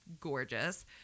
Gorgeous